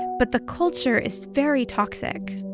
but the culture is very toxic